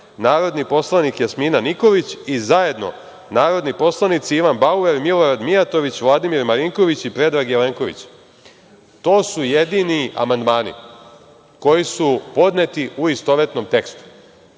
narodni poslanik Jasmina Nikolić i zajedno narodni poslanici Ivan Bauer, Milorad Mijatović, Vladimir Marinković i Predrag Jelenković. To su jedini amandmani koji su podneti u istovetnom tekstu.